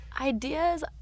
Ideas